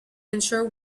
ensure